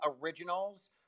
originals